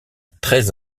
treize